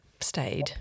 stayed